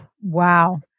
Wow